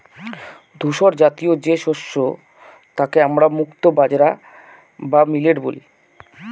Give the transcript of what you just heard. ধূসরজাতীয় যে শস্য তাকে আমরা মুক্তো বাজরা বা মিলেট বলি